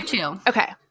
okay